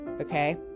Okay